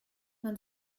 man